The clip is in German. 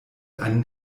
einen